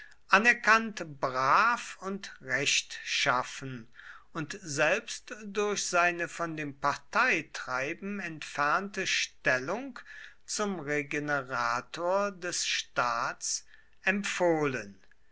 anerkannt brav und rechtschaffen und selbst durch seine von dem parteitreiben entfernte stellung zum regenerator des staats empfohlen